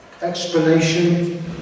explanation